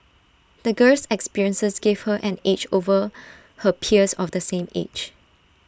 the girl's experiences gave her an edge over her peers of the same age